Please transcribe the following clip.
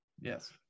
Yes